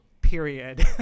period